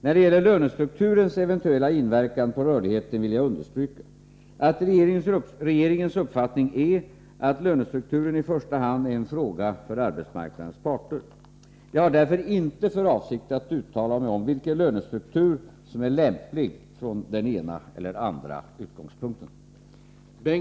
När det gäller lönestrukturens eventuella inverkan på rörligheten vill jag understryka att regeringens uppfattning är att lönestrukturen i första hand är en fråga för arbetsmarknadens parter. Jag har därför inte för avsikt att uttala mig om vilken lönestruktur som är lämplig från den ena eller andra utgångspunkten.